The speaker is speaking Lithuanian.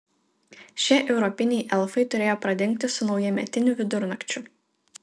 šie europiniai elfai turėjo pradingti su naujametiniu vidurnakčiu